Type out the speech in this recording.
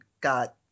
got